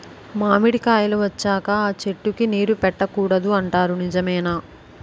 మామిడికాయలు వచ్చాక అ చెట్టుకి నీరు పెట్టకూడదు అంటారు నిజమేనా?